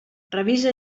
revisa